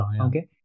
Okay